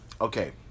Okay